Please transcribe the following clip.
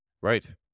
right